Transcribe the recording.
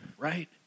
right